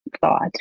thought